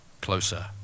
Closer